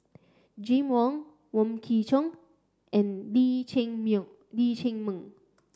Jim Wong Wong Kwei Cheong and Lee Chiaw Lee Chiaw Meng